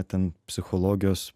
ten psichologijos